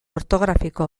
ortografiko